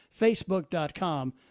facebook.com